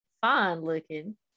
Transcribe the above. fine-looking